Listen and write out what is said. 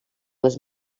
les